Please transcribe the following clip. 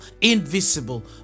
invisible